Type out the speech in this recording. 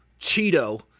Cheeto